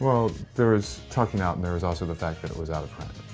well, there was talking out, and there was also the fact that it was out of print.